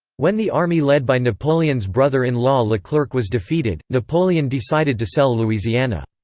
when the army led by napoleon's brother-in-law leclerc was defeated, napoleon decided to sell louisiana.